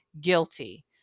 guilty